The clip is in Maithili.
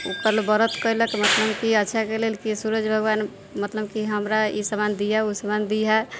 ओकर व्रत केलक मतलब की अच्छाके लेल की सूरज भगवान मतलब की हमरा ई सामान दीहऽ उ सामान दीहऽ